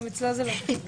גם אצלו זה לא תחביב.